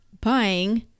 buying